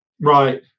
right